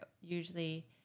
usually